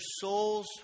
souls